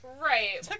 right